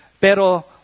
Pero